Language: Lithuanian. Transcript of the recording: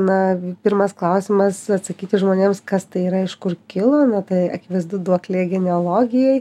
na pirmas klausimas atsakyti žmonėms kas tai yra iš kur kilo na tai akivaizdu duoklė genealogijai